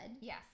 Yes